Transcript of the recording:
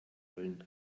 wollen